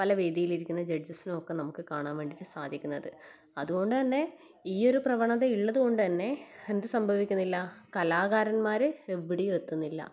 പല വേദിയിലിരിക്കുന്ന ജഡ്ജസിനു ഒക്കെ നമുക്ക് കാണാൻ വേണ്ടീറ്റ് സാധിക്കുന്നത് അതുകൊണ്ട് തന്നെ ഈ ഒരു പ്രവണത ഉള്ളത് കൊണ്ടന്നെ എന്ത് സംഭവിക്കുന്നില്ല കലാകാരന്മാർ എവിടെയും എത്തുന്നില്ല